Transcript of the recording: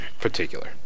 particular